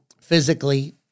physically